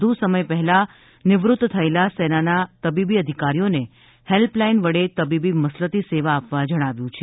વધુ સમય પહેલા નિવૃત્ત થયેલા સેનાના તબીબી અધિકારીઓને હેલ્પલાઈન વડે તબીબી મસલતી સેવા આપવા જણાવ્યું છે